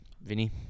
Vinny